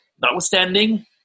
notwithstanding